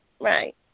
right